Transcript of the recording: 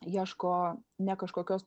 ieško ne kažkokios